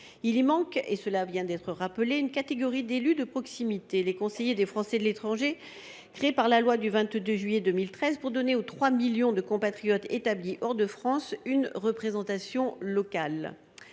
il y manque, comme cela vient d’être rappelé, une catégorie d’élus de proximité, les conseillers des Français de l’étranger, créés par la loi du 22 juillet 2013 pour donner aux 3 millions de compatriotes établis hors de France une représentation locale.